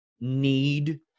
need